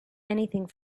anything